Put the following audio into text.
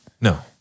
No